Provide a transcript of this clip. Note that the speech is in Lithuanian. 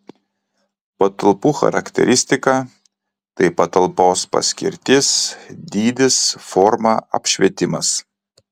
patalpų charakteristika tai patalpos paskirtis dydis forma apšvietimas